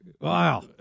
Wow